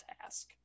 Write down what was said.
task